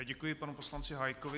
Děkuji panu poslanci Hájkovi.